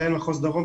מנהל מחוז דרום,